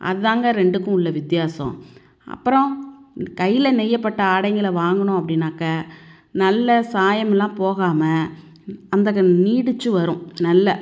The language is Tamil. அதாங்க ரெண்டுக்கும் உள்ள வித்தியாசம் அப்புறம் கையில் நெய்யப்பட்ட ஆடைங்களை வாங்கினோம் அப்படின்னாக்க நல்ல சாயமெலாம் போகாமல் அந்தங்க நீடித்து வரும் நல்ல